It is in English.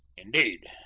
indeed,